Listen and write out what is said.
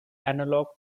analogue